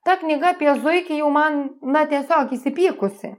ta knyga apie zuikį jau man na tiesiog įsipykusi